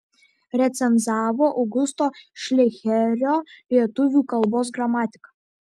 recenzavo augusto šleicherio lietuvių kalbos gramatiką